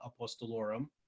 Apostolorum